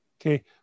Okay